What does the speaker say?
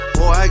Boy